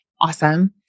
awesome